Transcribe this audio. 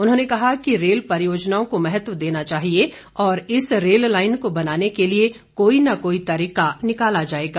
उन्होंने कहा कि रेल परियोजनाओं को महत्व देना चाहिए और इस रेल लाईन को बनाने के लिए कोई न कोई तरीका निकाला जाएगा